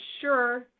sure